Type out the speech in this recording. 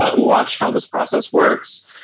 ah watch how this process works.